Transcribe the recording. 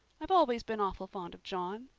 i've always been awful fond of john.